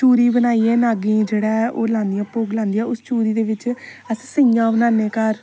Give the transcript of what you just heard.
चूरी बनाइयै नागें गी जेहड़ा ऐ ओह् लादियां भोग लादियां ओह् चूरी दै बिच अस सीआं बनान्ने घार